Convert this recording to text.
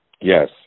Yes